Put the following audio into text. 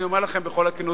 אני אומר לכם בכל הכנות,